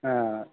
ఆ